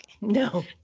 no